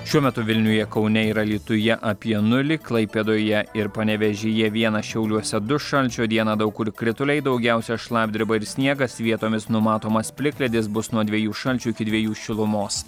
šiuo metu vilniuje kaune ir alytuje apie nulį klaipėdoje ir panevėžyje vienas šiauliuose du šalčio dieną daug kur krituliai daugiausiai šlapdriba ir sniegas vietomis numatomas plikledis bus nuo dviejų šalčio iki dviejų šilumos